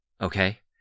Okay